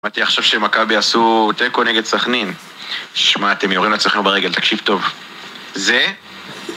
שמעתי עכשיו שמכבי עשו תיקו נגד סכנין. שמע, אתם יורים לעצמכם ברגל, תקשיב טוב זה...